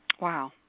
wow